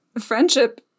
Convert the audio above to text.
friendship –